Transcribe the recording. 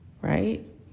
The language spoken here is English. right